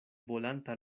bolanta